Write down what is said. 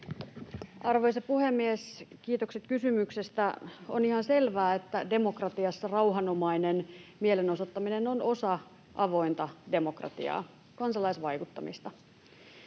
Arvoisa puhemies! Kiitokset kysymyksestä. On ihan selvää, että demokratiassa rauhanomainen mielenosoittaminen on osa avointa demokratiaa, kansalaisvaikuttamista.